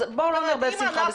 אז בואו לא נערבב שמחה בשמחה.